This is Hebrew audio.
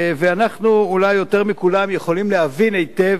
ואנחנו אולי יותר מכולם יכולים להבין היטב